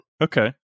Okay